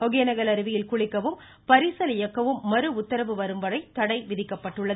ஒகேனக்கல் அருவியில் குளிக்கவும் பரிசல் இயக்கவும் மறு உத்தரவு வரும்வரை தடை விதிக்கப்பட்டுள்ளது